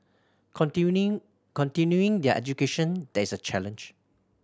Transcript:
continuing their education there is a challenge